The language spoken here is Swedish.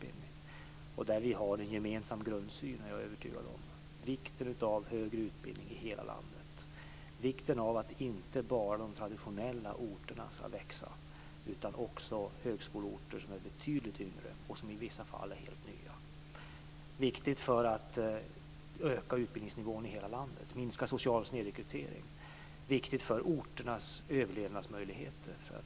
Vi är övertygad om att vi har en gemensam grundsyn på vikten av högre utbildning i hela landet. Det är angeläget att inte bara de traditionella orterna får växa utan också betydligt yngre högskoleorter, i vissa fall helt nya sådana. Det är viktigt för att höja utbildningsnivån i hela landet och minska social snedrekrytering. Det är också viktigt för orternas överlevnadsmöjligheter.